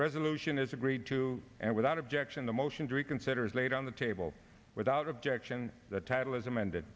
resolution is agreed to and without objection the motion to reconsider is laid on the table without objection the title is amend